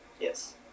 yes